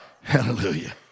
Hallelujah